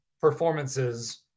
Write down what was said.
performances